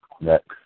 next